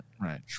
right